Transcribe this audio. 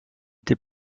des